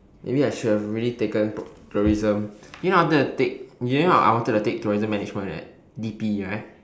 maybe I should have really taken tour~ tourism you know I'm gonna to take you know I wanted to take tourism management at T_P right